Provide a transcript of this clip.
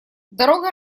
дорога